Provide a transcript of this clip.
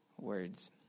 words